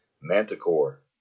Manticore